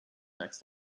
next